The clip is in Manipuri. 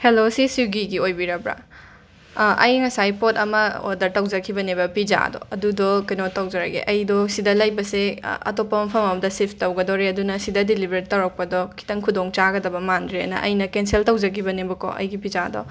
ꯍꯦꯜꯂꯣ ꯁꯤ ꯁ꯭ꯋꯤꯒꯤꯒꯤ ꯑꯣꯏꯕꯤꯔꯕ꯭ꯔꯥ ꯑꯩ ꯉꯁꯥꯏ ꯄꯣꯠ ꯑꯃ ꯑꯣꯗꯔ ꯇꯧꯖꯈꯤꯕꯅꯦꯕ ꯄꯤꯖꯥꯗꯣ ꯑꯗꯨꯗꯣ ꯀꯩꯅꯣ ꯇꯧꯖꯔꯒꯦ ꯑꯩꯗꯣ ꯁꯤꯗ ꯂꯩꯕꯁꯦ ꯑꯇꯣꯞꯄ ꯃꯐꯝ ꯑꯝꯗ ꯁꯤꯐ ꯇꯧꯒꯗꯧꯔꯦ ꯑꯗꯨꯅ ꯁꯤꯗ ꯗꯤꯂꯤꯕꯔ ꯇꯧꯔꯛꯄꯗꯣ ꯈꯤꯇꯪ ꯈꯨꯗꯣꯡ ꯆꯥꯒꯗꯕ ꯃꯥꯟꯗ꯭ꯔꯦꯅ ꯑꯩꯅ ꯀꯦꯟꯁꯦꯜ ꯇꯧꯖꯒꯤꯕꯅꯦꯕꯀꯣ ꯑꯩꯒꯤ ꯄꯤꯖꯥꯗꯣ